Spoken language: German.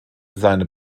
seine